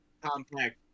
compact